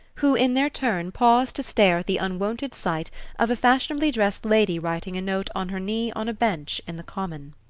who, in their turn, paused to stare at the unwonted sight of a fashionably-dressed lady writing a note on her knee on a bench in the common.